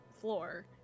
floor